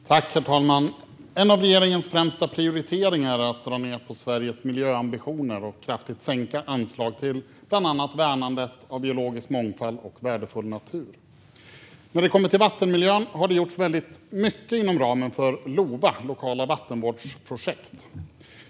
Herr talman! En av regeringens främsta prioriteringar är att dra ned på Sveriges miljöambitioner och kraftigt sänka anslagen till bland annat värnandet av biologisk mångfald och värdefull natur. Vad gäller vattenmiljön har det gjorts väldigt mycket inom ramen för LOVA, lokala vattenvårdsprojekt.